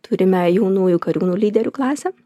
turime jaunųjų kariūnų lyderių klasę